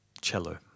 cello